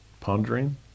pondering